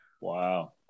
Wow